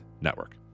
Network